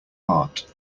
heart